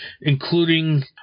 including